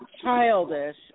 childish